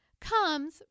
comes